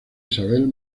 isabel